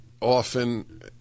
often